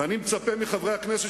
ואני מצפה מחברי הכנסת,